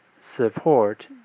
support